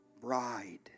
bride